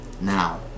Now